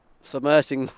submerging